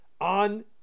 on